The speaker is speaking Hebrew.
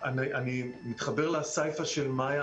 אני מתחבר לסיפא של מיה.